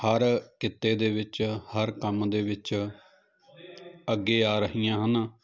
ਹਰ ਕਿੱਤੇ ਦੇ ਵਿੱਚ ਹਰ ਕੰਮ ਦੇ ਵਿੱਚ ਅੱਗੇ ਆ ਰਹੀਆਂ ਹਨ